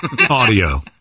audio